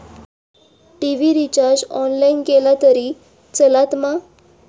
TV recharge online केला तरी चलात मा?